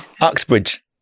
Uxbridge